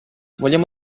vogliamo